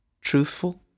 Truthful